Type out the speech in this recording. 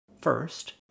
First